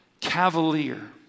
cavalier